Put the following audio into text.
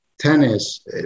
tennis